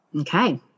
Okay